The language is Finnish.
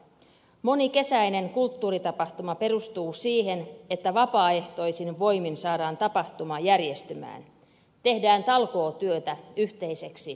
moni kesäinen kulttuuritapahtuma perustuu siihen että vapaaehtoisin voimin saadaan tapahtuma järjestymään tehdään talkootyötä yhteiseksi hyväksi